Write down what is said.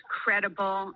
credible